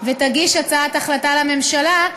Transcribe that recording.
ותגיש הצעת החלטה לממשלה,